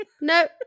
No